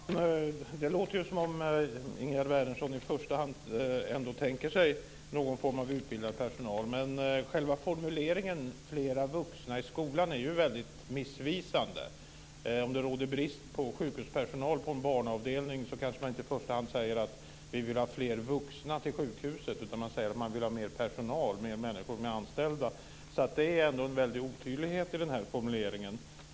Fru talman! Det låter ju som om Ingegerd Wärnersson i första hand ändå tänker sig någon form av utbildad personal. Men själva formuleringen, flera vuxna i skolan, är ju väldigt missvisande. Om det råder brist på sjukhuspersonal på en barnavdelning så kanske man inte i första hand säger att man vill ha fler vuxna till sjukhuset, utan man säger att man vill ha mer personal, fler anställda. Det är ändå en stor otydlighet i denna formulering.